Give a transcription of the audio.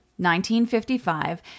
1955